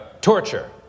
Torture